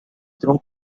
trump